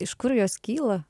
iš kur jos kyla